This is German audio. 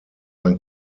ein